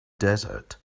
desert